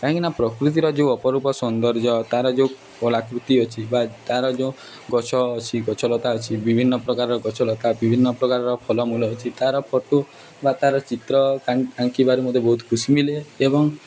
କାହିଁକିନା ପ୍ରକୃତିର ଯେଉଁ ଅପରୂପ ସୌନ୍ଦର୍ଯ୍ୟ ତା'ର ଯେଉଁ କଲାକୃତି ଅଛି ବା ତା'ର ଯେଉଁ ଗଛ ଅଛି ଗଛଲତା ଅଛି ବିଭିନ୍ନ ପ୍ରକାରର ଗଛଲତା ବିଭିନ୍ନ ପ୍ରକାରର ଫଲମୂଲ ଅଛି ତା'ର ଫଟୋ ବା ତା'ର ଚିତ୍ର ଆଙ୍କିବାରେ ମୋତେ ବହୁତ ଖୁସି ମିଲେ ଏବଂ